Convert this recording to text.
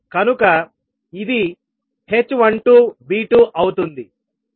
కనుక ఇది h12V2అవుతుంది